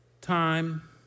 time